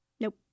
Nope